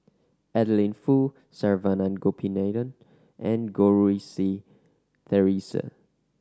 Adeline Foo Saravanan Gopinathan and Goh Rui Si Theresa